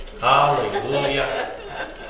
Hallelujah